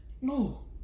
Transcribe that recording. no